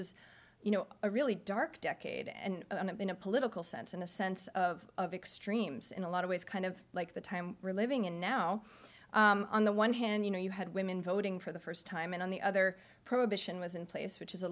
is you know a really dark decade and in a political sense in a sense of extremes in a lot of ways kind of like the time we're living in now on the one hand you know you had women voting for the first time and on the other prohibition was in place which is a